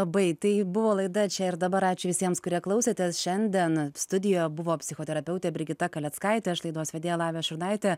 labai tai buvo laida čia ir dabar ačiū visiems kurie klausėtės šiandien studijoje buvo psichoterapeutė brigita kaleckaitė aš laidos vedėja lavija šurnaitė